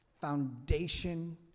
foundation